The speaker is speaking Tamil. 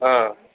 ஆ